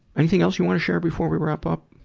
anything else you wanna share before we wrap up?